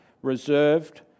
Reserved